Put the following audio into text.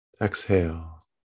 exhale